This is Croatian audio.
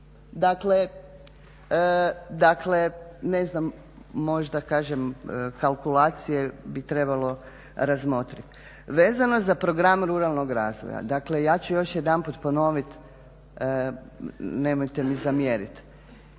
Dakle, ne znam možda kažem kalkulacije bi trebalo razmotriti. Vezano za program ruralnog razvoja. Dakle, ja ću još jedanput ponoviti, nemojte mi zamjeriti.